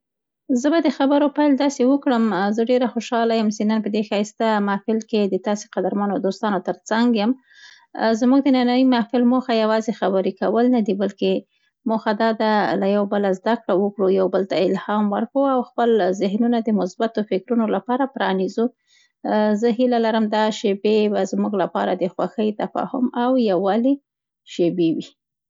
زه به د خبرو پیل داسې وکړم: زه ډېره خوشحاله یم سي نن په دې ښایسته محفل کې د تاسې قدرمنو دوستانو ترڅنګ یم. زموږ د ننني محفل موخه یوازې خبرې کول نه دي، بلکې موخه دا ده، یو له بله زده کړه وکړو، یو بل ته الهام ورکړو او خپل ذهنونه د مثبتو فکرونو لپاره پرانیزو. زه هیله لرم دا شېبې به زموږ لپاره د خوښۍ، تفاهم او یووالي شیبې وي.